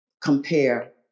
compare